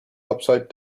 upside